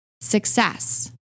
success